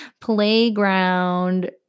Playground